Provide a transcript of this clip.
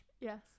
Yes